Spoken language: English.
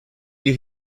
you